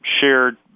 shared